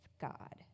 God